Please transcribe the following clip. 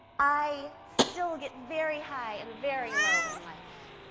i still get very high and very low in life,